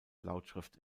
lautschrift